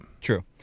True